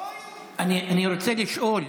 אני רוצה לשאול: